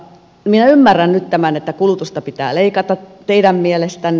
minä ymmärrän nyt tämän että kulutusta pitää leikata teidän mielestänne